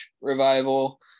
revival